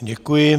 Děkuji.